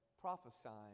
prophesying